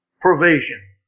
provision